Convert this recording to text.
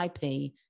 IP